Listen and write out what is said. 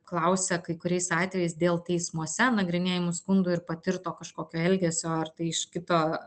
klausia kai kuriais atvejais dėl teismuose nagrinėjamų skundų ir patirto kažkokio elgesio ar tai iš kito